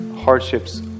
hardships